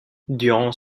durant